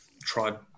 tried